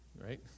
right